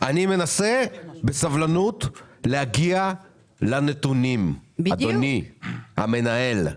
אני מנסה בסבלנות להגיע לנתונים אדוני המנהל.